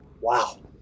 wow